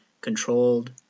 controlled